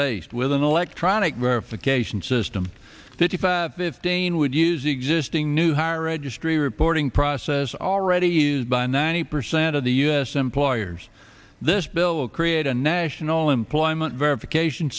based with an electronic verification system that if a dane would use existing new higher registry reporting process already used by ninety percent of the u s employers this bill will create a national employment verification